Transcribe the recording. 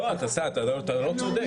לא, אתה לא צודק.